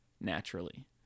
naturally